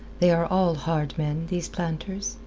they are all hard men, these planters.